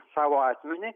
savo asmenį